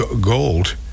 gold